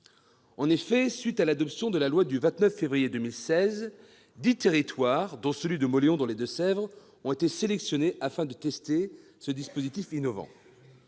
À la suite de l'adoption de la loi du 29 février 2016, dix territoires, dont celui de Mauléon, dans les Deux-Sèvres, ont été sélectionnés afin de tester ce dispositif innovant.